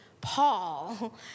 Paul